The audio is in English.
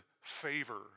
favor